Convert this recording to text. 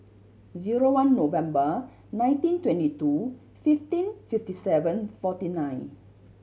zero one November nineteen twenty two fifteen fifty seven forty nine